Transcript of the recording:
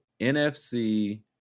NFC